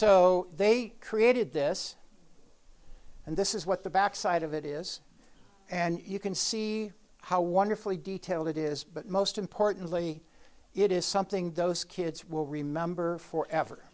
so they created this and this is what the back side of it is and you can see how wonderfully detailed it is but most importantly it is something those kids will remember for ever